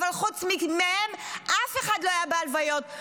אבל חוץ מהם אף אחד לא היה בהלוויות,